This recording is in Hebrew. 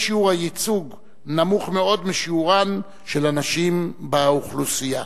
שיעור הייצוג נמוך מאוד משיעורן של הנשים באוכלוסייה.